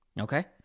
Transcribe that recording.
Okay